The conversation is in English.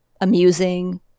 amusing